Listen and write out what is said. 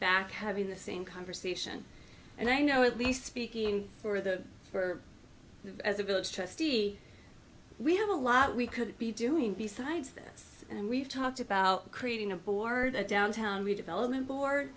back having the same conversation and i know at least speaking for the for as a village trustee we have a lot we could be doing besides that and we've talked about creating a board a downtown redevelopment board